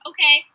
Okay